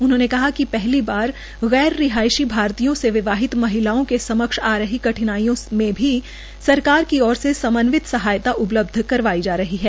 उन्होंने कहा कि पहली बार गैर रिहायशी भारतीयों से विवादित महिलाओं के समक्ष आ रही कठिनाईयों से भी सरकार की ओर से समन्वित सहायता उपलब्ध करवाई जा रही है